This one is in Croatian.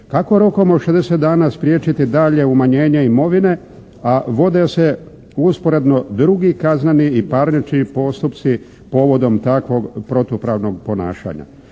Kako rokom od 60 dana spriječiti dalje umanjenje imovine a vode se usporedno drugi kazneni i parnični postupci povodom takvog protupravnog ponašanja?